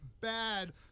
bad